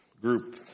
group